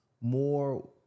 more